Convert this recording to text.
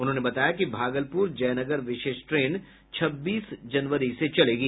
उन्होंने बताया कि भागलपुर जयनगर विशेष ट्रेन छब्बीस जनवरी से चलेगी